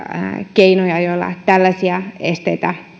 keinoja joilla tällaisia esteitä